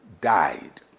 died